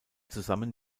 zusammen